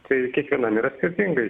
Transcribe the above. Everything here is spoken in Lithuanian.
tai kiekvienam yra skirtingai